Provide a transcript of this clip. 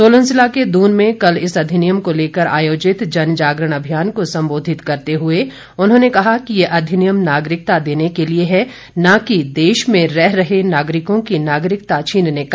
सोलन जिला के दून में कल इस अधिनियम को लेकर आयोजित जनजागरण अभियान को सम्बोधित करते हुए उन्होंने कहा कि ये अधिनियम नागरिकता देने के लिए है न कि देश में रह रहे नागरिकों की नागरिकता छीनने का